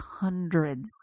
hundreds